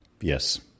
Yes